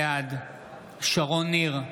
בעד שרון ניר,